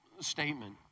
statement